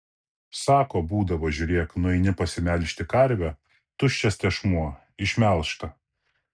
sako būdavo žiūrėk nueini pasimelžti karvę tuščias tešmuo išmelžta